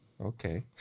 Okay